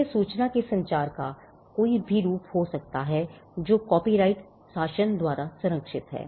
यह सूचना के संचार का कोई भी रूप हो सकता है जो कॉपीराइट शासन द्वारा संरक्षित है